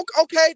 Okay